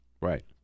Right